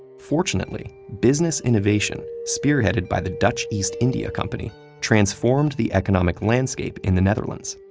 fortunately, business innovation spearheaded by the dutch east india company transformed the economic landscape in the netherlands.